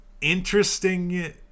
interesting